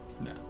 No